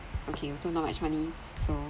okay also not much money so